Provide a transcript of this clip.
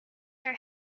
her